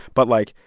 but, like,